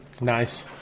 nice